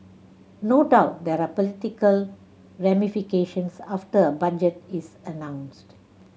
no doubt there are political ramifications after a budget is announced